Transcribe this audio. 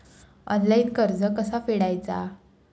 Online कर्ज कसा फेडायचा?